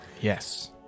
Yes